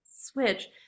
Switch